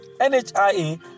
NHIe